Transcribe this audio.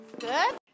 Good